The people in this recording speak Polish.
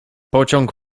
pociąg